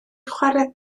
chwarae